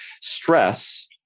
stress